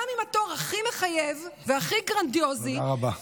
גם עם התואר הכי מחייב והכי גרנדיוזי, תודה רבה.